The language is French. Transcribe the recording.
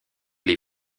les